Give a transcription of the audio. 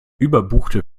überbuchte